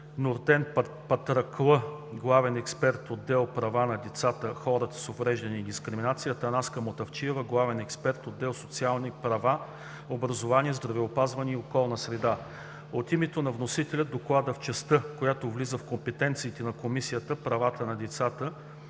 Нуртен Патраклъ – главен експерт в отдел „Права на децата, хората с увреждания и дискриминация“, Атанаска Мутафчиева – главен експерт, отдел „Социални права, образование, здравеопазване и околна среда“. От името на вносителя Докладът в частта, в която влиза в компетенциите на Комисията – „Правата на децата